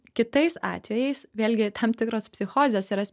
kitais atvejais vėlgi tam tikros psichozės yra